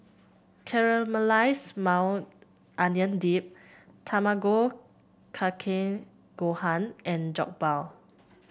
Caramelized Maui Onion Dip Tamago Kake Gohan and Jokbal